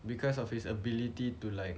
because of his ability to like